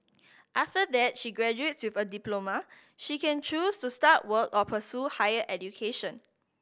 after that she graduates with a diploma she can choose to start work or pursue higher education